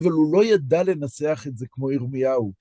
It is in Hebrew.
אבל הוא לא ידע לנסח את זה כמו ירמיהו.